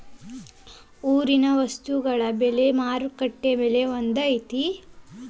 ಊರಿನ ವಸ್ತುಗಳ ಬೆಲೆ ಮಾರುಕಟ್ಟೆ ಬೆಲೆ ಒಂದ್ ಐತಿ?